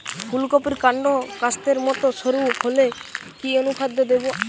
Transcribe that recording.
ফুলকপির কান্ড কাস্তের মত সরু হলে কি অনুখাদ্য দেবো?